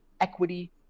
equity